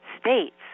states